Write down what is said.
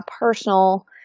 personal